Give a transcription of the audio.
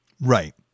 Right